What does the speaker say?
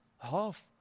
half